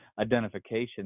identification